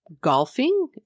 golfing